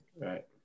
Right